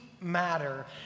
matter